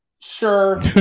sure